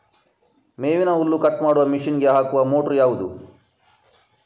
ಮೇವಿನ ಹುಲ್ಲು ಕಟ್ ಮಾಡುವ ಮಷೀನ್ ಗೆ ಹಾಕುವ ಮೋಟ್ರು ಯಾವುದು?